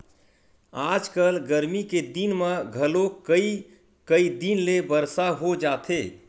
आजकल गरमी के दिन म घलोक कइ कई दिन ले बरसा हो जाथे